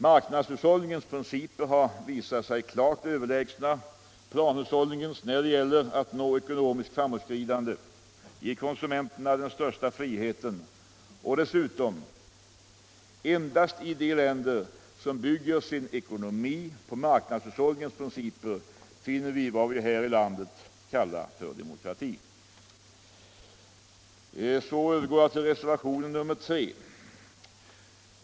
Marknadshushållningens principer har visat sig vara klart överlägsna planhushållningens när det gäller att åstadkomma ekonomiskt framåtskridande och att ge konsumenterna den största friheten. Dessutom finner vi endast i de länder som bygger sin ekonomi på marknadshushållningens principer vad vi här i landet kallar demokrati. Så till reservationen 3.